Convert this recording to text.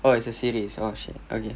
oh it's a series oh shit okay